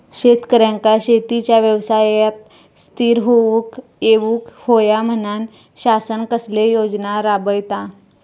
शेतकऱ्यांका शेतीच्या व्यवसायात स्थिर होवुक येऊक होया म्हणान शासन कसले योजना राबयता?